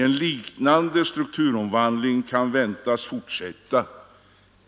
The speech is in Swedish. En liknande strukturomvandling kan väntas fortsätta